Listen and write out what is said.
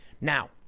Now